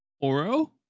Oro